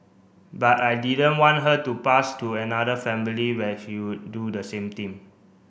but I didn't want her to pass to another family where she could do the same thing